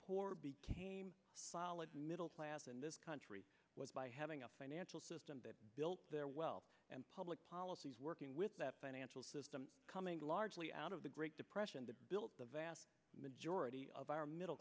poor became solid middle class in this country by having a financial system that built their wealth and public policies working with that financial system coming largely out of the great depression to build the vast majority of our middle